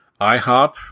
IHOP